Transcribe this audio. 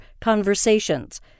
conversations